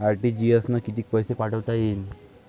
RTGS न कितीक पैसे पाठवता येते?